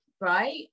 right